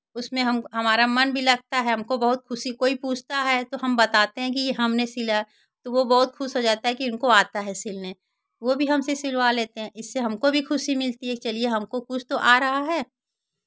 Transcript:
उसमें हम हमारा मन भी लगता है हमको बहुत खुशी कोई पूछता है तो हम बताते हैं कि ये हमने सिला है तो वो बहुत खुश हो जाता है कि इनको आता है सिलने वो भी हमसे सिलवा लेते हैं इससे हमको भी खुशी मिलती है कि चलिए हमको कुछ तो आ रहा है